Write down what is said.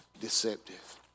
deceptive